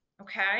okay